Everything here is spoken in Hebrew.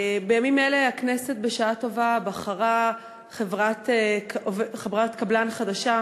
בימים אלה הכנסת בחרה בשעה טובה חברת קבלן חדשה